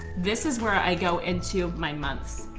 this is where i go into my months,